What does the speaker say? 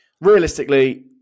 Realistically